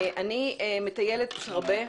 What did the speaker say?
אני מטיילת הרבה,